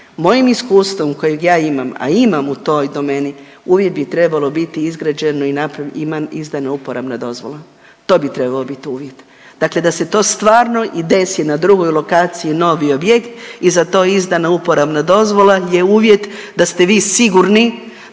mojim iskustvom kojeg ja imam, a imam u toj domeni, uvijek bi trebalo biti izgrađeno i izdana uporabna dozvola, to bi trebao bit uvjet, dakle da se to stvarno i desi na drugoj lokaciji novi objekt i za to izdana uporabna dozvola je uvjet da ste vi sigurni